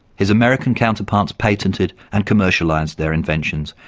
his american counterparts patented and commercialised their inventions,